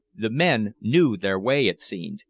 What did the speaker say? the men knew their way, it seemed,